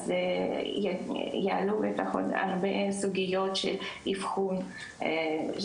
אז יעלו בטח עוד הרבה סוגיות של אבחון ילדים